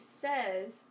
says